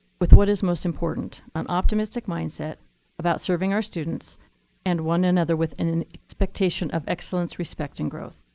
with what is most important an optimistic mindset about serving our students and one another with an an expectation of excellence respecting growth.